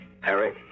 Harry